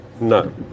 no